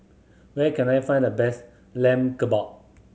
where can I find the best Lamb Kebab